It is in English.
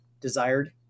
desired